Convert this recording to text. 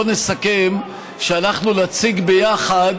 בוא נסכם שאנחנו נציג ביחד,